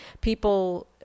People